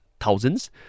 thousands